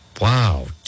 Wow